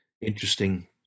interesting